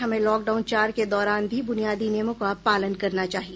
हमें लॉकडाउन चार के दौरान भी बुनियादी नियमों का पालन करना चाहिए